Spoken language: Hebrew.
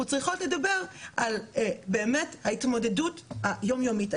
צריכות לדבר באמת על ההתמודדות היומיומית.